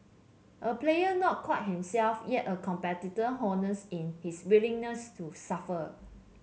a player not quite himself yet a competitor honest in his willingness to suffer